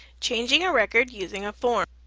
changing a record using a form.